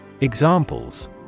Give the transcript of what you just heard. Examples